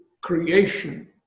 creation